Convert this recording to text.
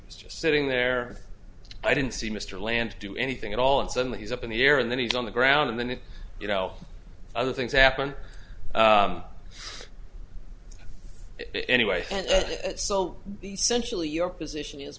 was just sitting there i didn't see mr land do anything at all and suddenly he's up in the air and then he's on the ground and then you know other things happen anyway and so essentially your position is